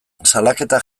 salaketak